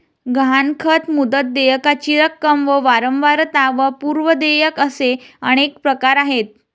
गहाणखत, मुदत, देयकाची रक्कम व वारंवारता व पूर्व देयक असे अनेक प्रकार आहेत